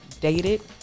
dated